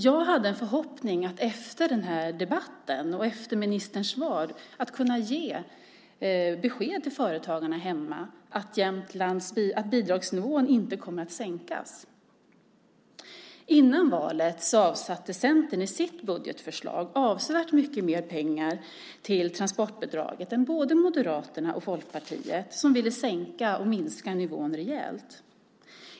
Jag hade en förhoppning om att, efter den här debatten och efter ministerns svar, kunna ge besked till företagarna hemma att bidragsnivån inte kommer att sänkas. Före valet avsatte Centern i sitt budgetförslag avsevärt mycket mer pengar till transportbidraget än både Moderaterna och Folkpartiet som ville sänka nivån rejält.